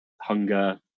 hunger